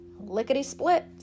Lickety-split